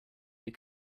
they